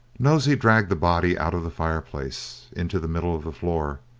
nosey dragged the body out of the fireplace into the middle of the floor,